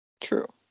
True